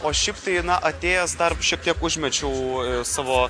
o šiaip tai na atėjęs dar šiek tiek užmačiau savo